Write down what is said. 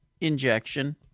injection